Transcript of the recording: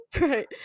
right